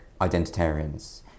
identitarians